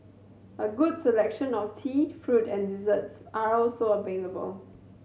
a good selection of tea fruit and desserts are also available